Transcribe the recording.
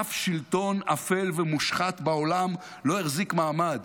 אף שלטון אפל ומושחת בעולם לא החזיק מעמד